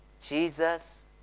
Jesus